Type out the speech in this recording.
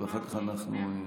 ואחר כך אנחנו --- תודה.